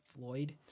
Floyd